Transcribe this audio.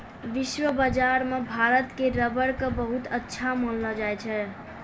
विश्व बाजार मॅ भारत के रबर कॅ बहुत अच्छा मानलो जाय छै